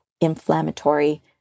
inflammatory